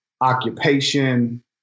occupation